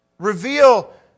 Reveal